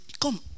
come